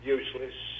useless